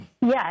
Yes